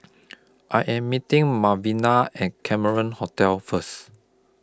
I Am meeting Malvina At Cameron Hotel First